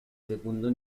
segundo